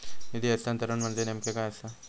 निधी हस्तांतरण म्हणजे नेमक्या काय आसा?